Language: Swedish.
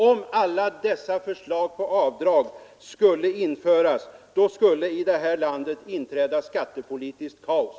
Om alla dessa förslag till avdrag skulle bifallas, då skulle i det här landet inträda skattepolitiskt kaos.